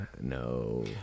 no